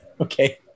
Okay